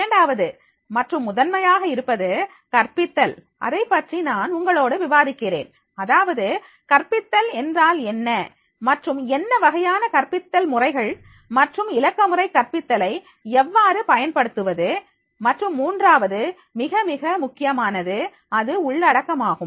இரண்டாவது மற்றும் முதன்மையாக இருப்பது கற்பித்தல் அதைப்பற்றி நான் உங்களோடு விவாதிக்கிறேன் அதாவது கற்பித்தல் என்றால் என்ன மற்றும் என்ன வகையான கற்பித்தல் முறைகள் மற்றும் இலக்கமுறை கற்பித்தலை எவ்வாறு பயன்படுத்துவது மற்றும் மூன்றாவது மிக மிக முக்கியமானது அது உள்ளடக்கமாகும்